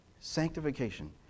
sanctification